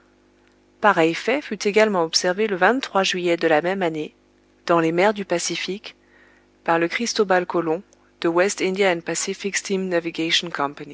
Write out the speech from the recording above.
pareil fait fut également observé le juillet de la même année dans les mers du pacifique par le cristobal colon de west india